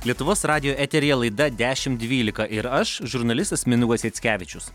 lietuvos radijo eteryje laida dešimt dvylika ir aš žurnalistas mindaugas jackevičius